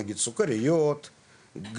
נגיד סוכריות,